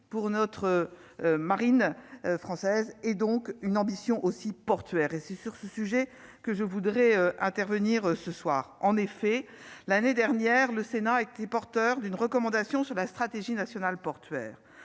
pour notre marine française et donc une ambition aussi portuaire et c'est sur ce sujet que je voudrais intervenir ce soir en effet, l'année dernière, le Sénat et qui est porteur d'une recommandation sur la stratégie nationale portuaire,